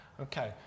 okay